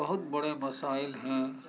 بہت بڑے مسائل ہیں